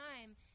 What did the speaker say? time